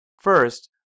First